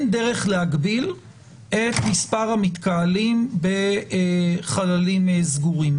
דרך להגביל את מספר המתקהלים בחללים סגורים.